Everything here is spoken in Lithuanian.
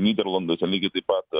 nyderlanduose lygiai taip pat